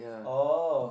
oh